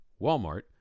Walmart